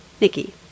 Nikki